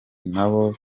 nabo